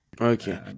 Okay